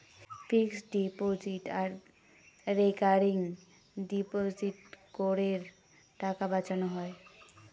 fixed deposit আর recurring ডিপোজিটে করের টাকা বাঁচানো হয়